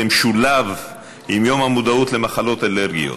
במשולב עם יום המודעות למחלות אלרגיות.